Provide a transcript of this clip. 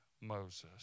Moses